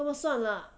干嘛算了